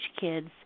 kids